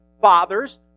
fathers